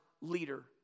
leader